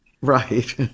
Right